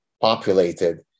populated